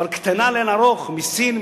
אבל קטנה לאין ערוך מאשר בסין,